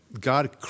God